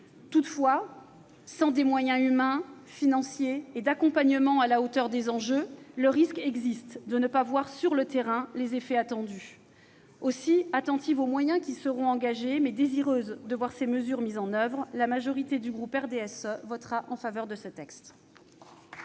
Toutefois, sans des moyens humains, financiers et d'accompagnement à la hauteur des enjeux, le risque existe que nous ne puissions pas constater sur le terrain les effets attendus. Aussi, attentive aux moyens qui seront engagés, mais désireuse de voir ces mesures mises en oeuvre, la majorité du groupe du RDSE votera en faveur de ce texte.